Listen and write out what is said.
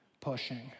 pushing